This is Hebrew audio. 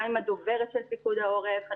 גם עם הדוברת של פיקוד העורף.